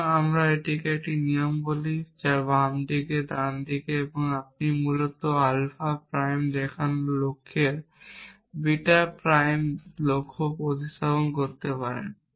সুতরাং আমরা এটিকে একটি নিয়ম বলি বাম দিকে ডান দিকে তারপর আপনি মূলত আলফা প্রাইম দেখানোর লক্ষ্যের সাথে বিটা প্রাইম দেখানোর লক্ষ্য প্রতিস্থাপন করতে পারেন